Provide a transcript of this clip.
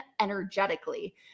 energetically